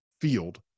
Field